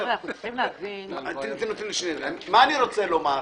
מה אני רוצה לומר?